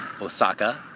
Osaka